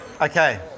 Okay